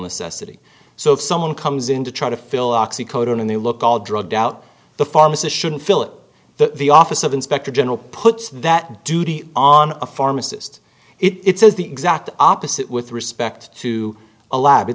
necessity so if someone comes in to try to fill oxy codeine and they look all drugged out the pharmacist shouldn't fill it that the office of inspector general puts that duty on a pharmacist it says the exact opposite with respect to a lab it